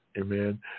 Amen